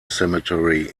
cemetery